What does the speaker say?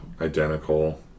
identical